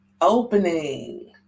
opening